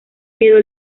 quedó